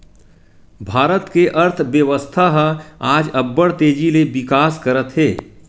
भारत के अर्थबेवस्था ह आज अब्बड़ तेजी ले बिकास करत हे